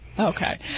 Okay